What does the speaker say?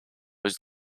was